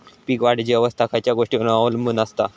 पीक वाढीची अवस्था खयच्या गोष्टींवर अवलंबून असता?